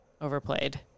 overplayed